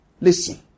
listen